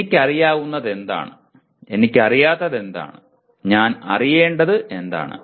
എനിക്കറിയാവുന്നതെന്താണ് എനിക്കറിയാത്തതെന്താണ് ഞാൻ അറിയേണ്ടത് എന്താണ്